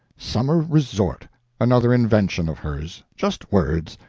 summer resort another invention of hers just words,